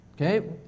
Okay